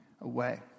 away